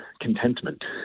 contentment